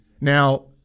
Now –